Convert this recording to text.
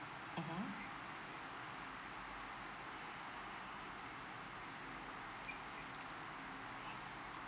mmhmm